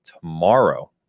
tomorrow